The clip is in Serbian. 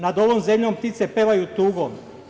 Nad ovom zemljom ptice pevaju tugom!